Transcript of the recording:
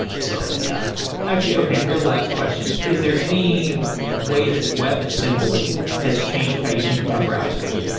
so yeah actually, okay real last question, is there any way that web assembly has changed how you think about browsers?